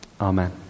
Amen